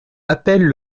appellent